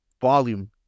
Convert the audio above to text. volume